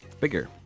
bigger